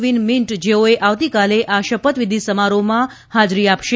Win Myint જેઓએ આવતીકાલે આ શપથવિધી સમારોહમાં હાજરી આપશે